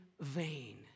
vain